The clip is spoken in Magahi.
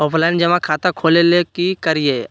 ऑफलाइन जमा खाता खोले ले की करिए?